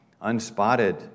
unspotted